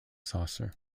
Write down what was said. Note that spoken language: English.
saucer